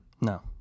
No